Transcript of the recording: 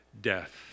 death